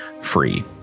free